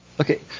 Okay